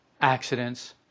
accidents